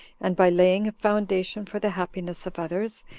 and, by laying a foundation for the happiness of others,